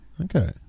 Okay